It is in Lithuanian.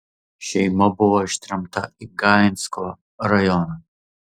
šeima buvo ištremta į gainsko rajoną